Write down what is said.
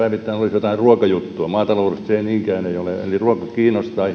jotain ruokajuttua maataloudesta niinkään ei ole eli ruoka kiinnostaa